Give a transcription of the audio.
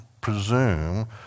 presume